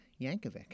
Yankovic